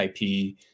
IP